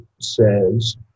says